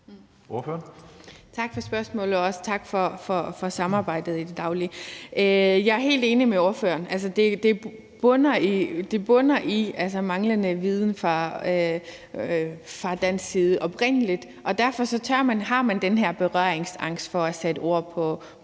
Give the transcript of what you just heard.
Tak for spørgsmålet, og også tak for samarbejdet i det daglige. Jeg er helt enig med ordføreren. Det bunder i manglede viden fra dansk side oprindelig. Derfor har man den her berøringsangst for at sætte ord på nogle